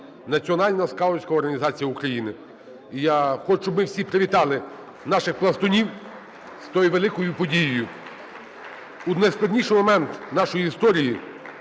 національна скаутська організація України. І я хочу, щоб ми всі привітали наших пластунів з тою великою подією. (Оплески) У найскладніший момент нашої історії,